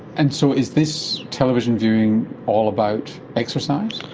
and so is this television viewing all about exercise?